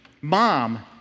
mom